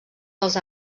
dels